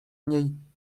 niej